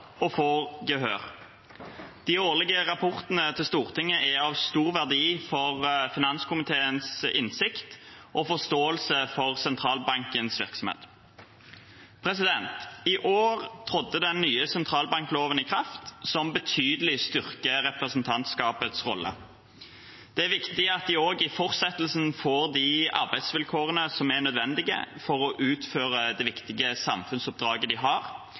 gehør. De årlige rapportene til Stortinget er av stor verdi for finanskomiteens innsikt i og forståelse for sentralbankens virksomhet. I år trådte den nye sentralbankloven i kraft. Den styrker representantskapets rolle betydelig. Det er viktig at de også i fortsettelsen får de arbeidsvilkårene som er nødvendig for å utføre det viktige samfunnsoppdraget de har,